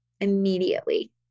immediately